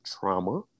trauma